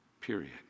period